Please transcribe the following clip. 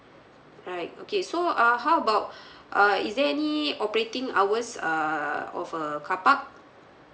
alright okay so uh how about uh is there any operating hours uh of a carpark